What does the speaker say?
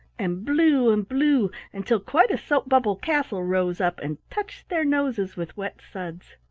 and blew and blew until quite a soap-bubble castle rose up and touched their noses with wet suds.